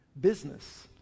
business